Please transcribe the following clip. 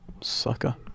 Sucker